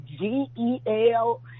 G-E-L-